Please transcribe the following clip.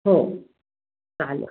हो चालेल